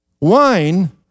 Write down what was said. Wine